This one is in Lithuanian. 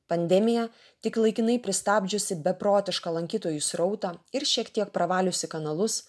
pandemija tik laikinai pristabdžiusi beprotišką lankytojų srautą ir šiek tiek pravaliusi kanalus